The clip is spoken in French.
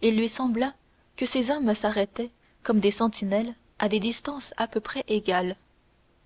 il lui sembla que ces hommes s'arrêtaient comme des sentinelles à des distances à peu près égales